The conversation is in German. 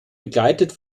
begleitet